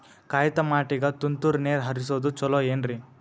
ಕಾಯಿತಮಾಟಿಗ ತುಂತುರ್ ನೇರ್ ಹರಿಸೋದು ಛಲೋ ಏನ್ರಿ?